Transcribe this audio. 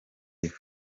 live